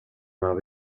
var